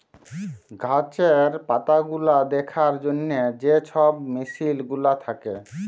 গাহাচের পাতাগুলা দ্যাখার জ্যনহে যে ছব মেসিল গুলা থ্যাকে